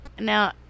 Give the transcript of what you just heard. now